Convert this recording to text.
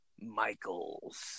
Michaels